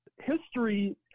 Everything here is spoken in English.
history